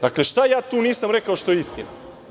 Dakle, šta ja tu nisam rekao što je istina?